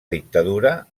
dictadura